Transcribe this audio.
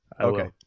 Okay